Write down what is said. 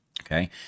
Okay